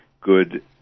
good